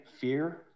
fear